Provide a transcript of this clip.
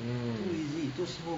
mm